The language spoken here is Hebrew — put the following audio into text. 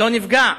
לא נפגע.